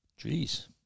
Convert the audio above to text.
Jeez